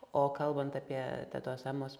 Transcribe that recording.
o kalbant apie tetos emos